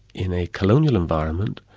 in a colonial environment,